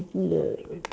ya